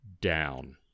down